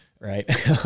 right